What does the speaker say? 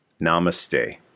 Namaste